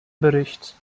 bericht